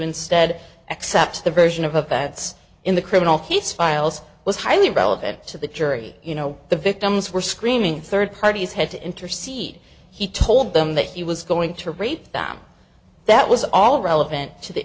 instead accept the version of of facts in the criminal case files was highly relevant to the jury you know the victims were screaming third parties had to intercede he told them that he was going to rape them that was all relevant to the